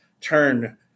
turn